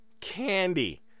candy